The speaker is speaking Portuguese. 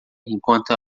enquanto